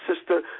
sister